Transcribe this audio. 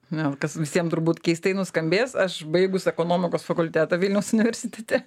ne kas visiem turbūt keistai nuskambės aš baigus ekonomikos fakultetą vilniaus universitete